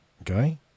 Okay